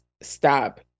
stop